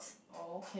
okay